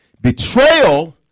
Betrayal